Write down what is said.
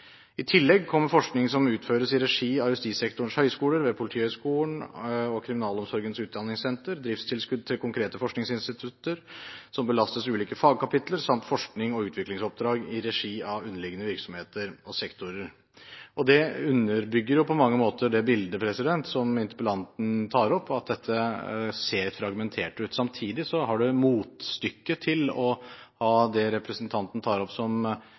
I tillegg kommer forskning som utføres i regi av justissektorens høyskoler, ved Politihøgskolen og Kriminalomsorgens utdanningssenter, driftstilskudd til konkrete forskningsinstitutter som belastes ulike fagkapitler, samt forsknings- og utviklingsoppdrag i regi av underliggende virksomheter og sektorer. Dette underbygger på mange måter det bildet som interpellanten tar opp, at dette ser fragmentert ut. Samtidig er det et motstykke til det representanten tar opp som